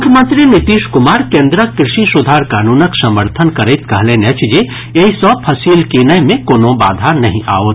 मुख्यमंत्री नीतीश कुमार केन्द्रक कृषि सुधार कानूनक समर्थन करैत कहलनि अछि जे एहि सँ फसिल कीनय मे कोनो बाधा नहि आओत